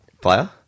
Player